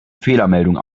fehlermeldung